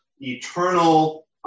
eternal